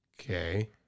Okay